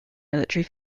military